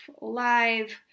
live